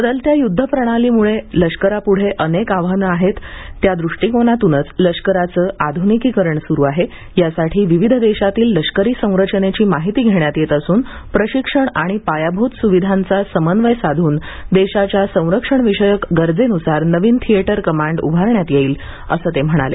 बदलत्या युध्दप्रणालीमुळे लष्करापुढे अनेक नवीन आव्हानं आहेत त्या ृष्टीकोनातून लष्कराचं आधूनिकीकरण सुरु आहे यासाठी विविध देशातील लष्करी सरंचनेची माहिती घेण्यात येत असून प्रशिक्षण आणि पायाभूत सुविधांचा समन्वय साधून देशाच्या संरक्षणविषयक गरजेन्सार नवीन थिएटर कमांड उभारण्यात येईल असं ते म्हणाले